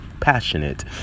Passionate